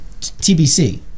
TBC